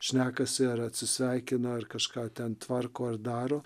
šnekasi ar atsisveikina ar kažką ten tvarko ir daro